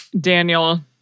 Daniel